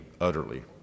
utterly